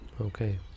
Okay